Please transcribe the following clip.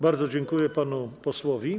Bardzo dziękuję panu posłowi.